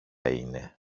είναι